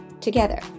together